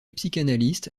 psychanalyste